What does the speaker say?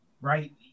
right